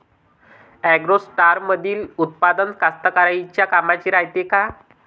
ॲग्रोस्टारमंदील उत्पादन कास्तकाराइच्या कामाचे रायते का?